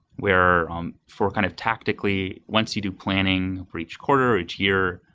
where um for kind of tactically, once you do planning for each quarter or each year,